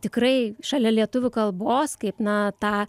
tikrai šalia lietuvių kalbos kaip na tą